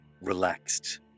relaxed